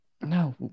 No